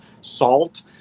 salt